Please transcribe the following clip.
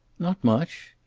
not much.